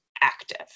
active